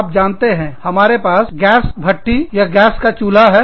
आप जानते हैं हमारे पास गैस भट्टी यह गैस चूल्हा हैं